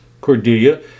Cordelia